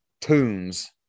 tunes